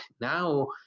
Now